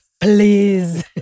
please